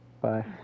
Bye